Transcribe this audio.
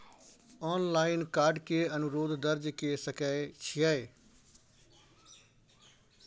Online card के अनुरोध दर्ज के सकै छियै?